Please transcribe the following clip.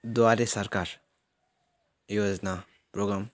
द्वारे सरकार योजना प्रोग्राम